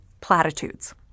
platitudes